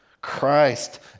Christ